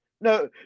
No